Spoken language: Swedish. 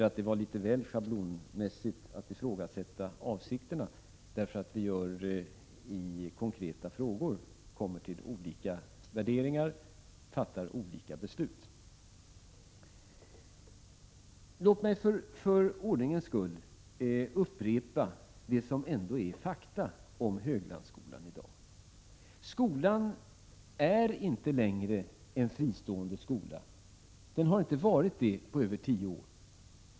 Men det var litet väl schablonmässigt att ifrågasätta avsikterna bara därför att vi i konkreta frågor har olika värderingar och fattar olika beslut. Låt mig för ordningens skull upprepa det som ändå är fakta om Höglandsskolan i dag. Skolan är inte längre en fristående skola. Den har inte varit det på tio år.